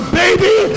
baby